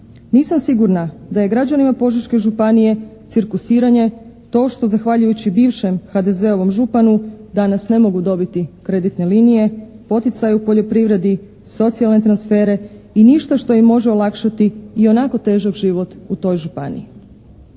Nisam sigurna da je građanima Požeške županije cirkusiranje to što zahvaljujući bivšem HDZ-ovom županu danas ne mogu dobiti kreditne linije, poticaj u poljoprivredi, socijalne transfere i ništa što im može olakšati ionako težak život u toj županiji.